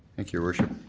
your worship.